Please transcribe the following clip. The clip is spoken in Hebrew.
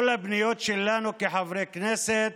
כל הפניות שלנו כחברי כנסת